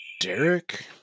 Derek